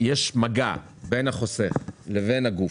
יש מגע בין החוסך לבין הגוף,